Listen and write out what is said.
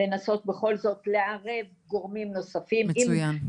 לנסות בכל זאת לערב גורמים נוספים --- מצוין.